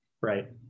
Right